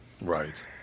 Right